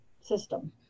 system